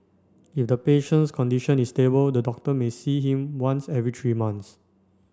if the patient's condition is stable the doctor may see him once every three months